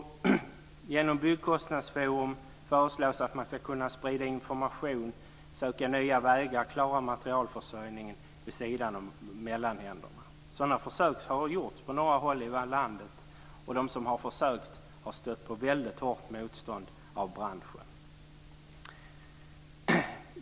Genom Byggkostnadsforum föreslås att man ska kunna sprida information, söka nya vägar och klara materialförsörjningen vid sidan av mellanhänderna. Sådana försök har gjorts på några håll i landet men de som försökt har stött på väldigt hårt motstånd från branschen.